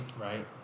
right